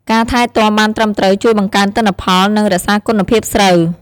ការថែទាំបានត្រឹមត្រូវជួយបង្កើនទិន្នផល និងរក្សាគុណភាពស្រូវ។